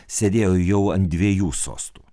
sėdėjo jau ant dviejų sostų